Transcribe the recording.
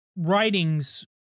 Writings